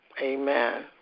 Amen